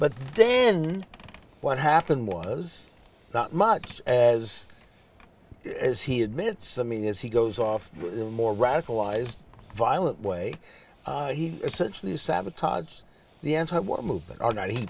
but then what happened was not much as as he admits i mean if he goes off more radicalized violent way he essentially sabotages the anti war movement or not